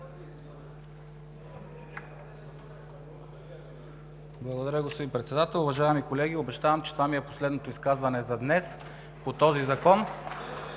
Благодаря, господин Председател. Уважаеми колеги, обещавам, че това ми е последното изказване за днес по този Закон